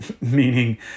meaning